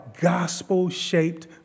gospel-shaped